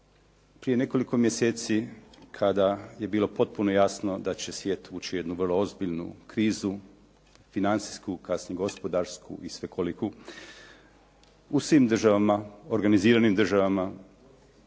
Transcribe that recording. prije nekoliko mjeseci kada je bilo potpuno jasno da će svijet ući u jednu vrlo ozbiljnu krizu, financijsku, kasnije gospodarsku i svekoliku u svim državama, organiziranim državama